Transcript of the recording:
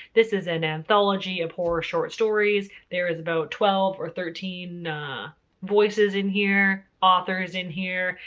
this is an anthology of horror short stories. there is about twelve or thirteen voices in here. authors in here.